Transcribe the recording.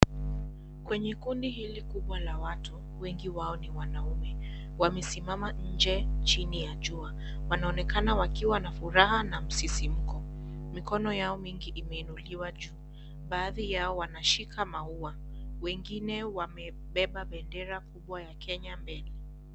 Kwenye kundi hili kubwa la watu, wengi wao ni wanaume . Wamesimama nje chini ya jua wanaonekana wakiwa na furaha na msisimko ,mikono yao mingi imeinuliwa juu .Baadhi yao wanashika maua, wengine wamebeba bendera kubwa ya Kenya mbele.